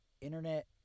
internet